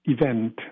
event